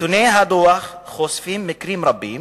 הדוח חושף מקרים רבים